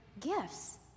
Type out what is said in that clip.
gifts